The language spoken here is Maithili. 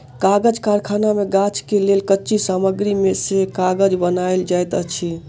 कागज़ कारखाना मे गाछ से लेल कच्ची सामग्री से कागज़ बनायल जाइत अछि